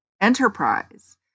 enterprise